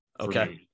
okay